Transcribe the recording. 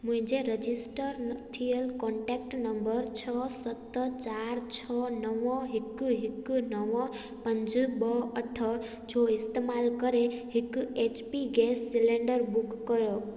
मुंहिंजे रजिस्टर थियल contact number छह सत चारि छह नव हिकु हिकु नव पंज ॿ अठ जो इस्तैमाल करे हिक H P gas cylinder book करियो